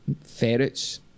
ferrets